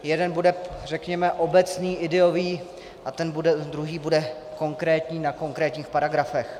Jeden bude řekněme obecný, ideový, a druhý bude konkrétní na konkrétních paragrafech.